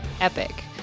epic